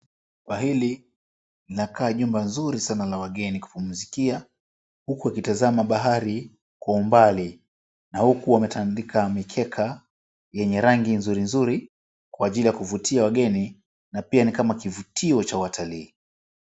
Jumba hili linakaa ni jumba zuri sana la wageni kupumzikia huku wakitazama bahari kwa umbali na huku wametandika mikeka yenye rangi nzuri nzuri kwa ajili ya kuvutia wageni na pia ni kama kivutio cha watalii.